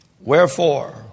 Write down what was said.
Wherefore